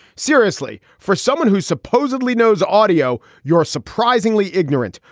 seriously? for someone who supposedly knows audio, you're surprisingly ignorant.